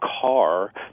car